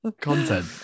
content